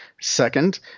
second